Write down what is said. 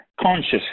conscious